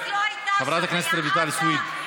חברת הכנסת רויטל סויד,